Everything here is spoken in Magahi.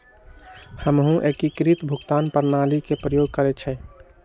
हमहु एकीकृत भुगतान प्रणाली के प्रयोग करइछि